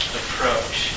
approach